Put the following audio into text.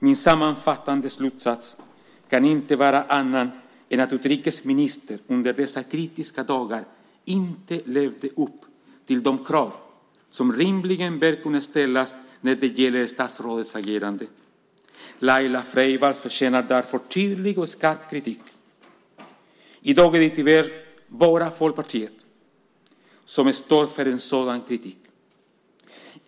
Min sammanfattande slutsats kan inte vara någon annan än att utrikesministern under dessa kritiska dagar inte levde upp till de krav som rimligen bör kunna ställas när det gäller statsrådets agerande. Laila Freivalds förtjänar därför tydlig och skarp kritik. I dag är det tyvärr bara Folkpartiet som står bakom en sådan kritik.